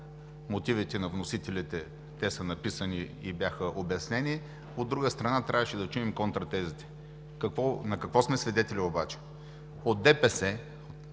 мотивите на вносителите са написани и бяха обяснени. От друга страна, трябваше да чуем контратезите. На какво сме свидетели обаче?